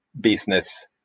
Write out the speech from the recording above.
business